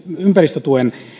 ympäristötuen